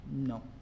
no